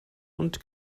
und